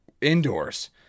indoors